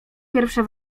pierwsze